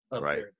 right